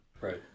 Right